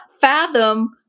fathom